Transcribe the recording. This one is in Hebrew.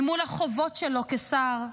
אל מול החובות שלו כשר.